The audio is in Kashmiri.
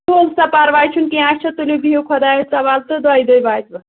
تُل سا پَرواے چھُنہٕ کیٚنٛہہ اچھا تُلِو بِہِو خۄدایَس سوال تہٕ دۄیہِ دۄہہِ واتِوٕ